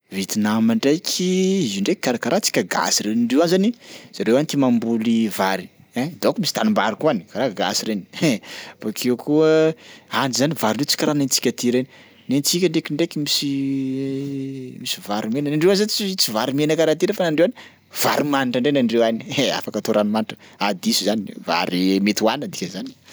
Vietnam ndraiky, izy io ndraiky karakaraha antsika gasy reny. Ndreo any zany, zareo any tia mamboly vary ein donc misy tanimbary koa any karaha gasy reny bakeo koa any zany varindreo tsy karaha ny antsika aty ireny, ny antsika ndraikindraiky misy misy vary mena, ny andreo any zany ts- tsy vary mena karaha aty reo fa ny andreo any vary manitra indray ny andreo any afaka atao ranomanitra, ah diso izany, vary mety hohanina ny dikan'zany.